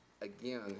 again